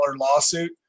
lawsuit